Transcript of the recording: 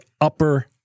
upper